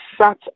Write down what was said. sat